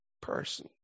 person